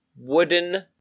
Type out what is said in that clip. Wooden